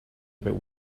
about